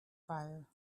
fire